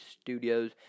Studios